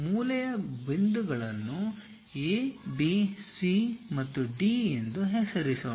ಮೂಲೆಯ ಬಿಂದುಗಳನ್ನು A B C ಮತ್ತು D ಎಂದು ಹೆಸರಿಸೋಣ